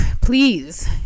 Please